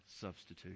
substitute